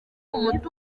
umutungo